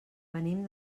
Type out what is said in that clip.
venim